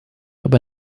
aber